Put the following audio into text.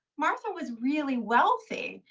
martha was really wealthy.